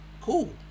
cool